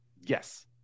Yes